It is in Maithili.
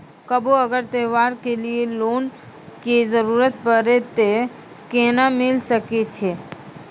कभो अगर त्योहार के लिए लोन के जरूरत परतै तऽ केना मिल सकै छै?